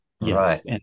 Yes